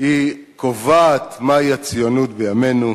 היא קובעת מהי הציונות בימינו,